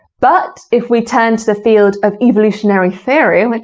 but if we turn to the field of evolutionary theory, which,